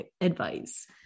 advice